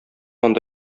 анда